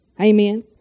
Amen